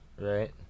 Right